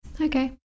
Okay